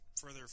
further